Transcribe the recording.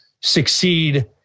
succeed